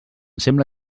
sembla